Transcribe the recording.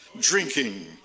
drinking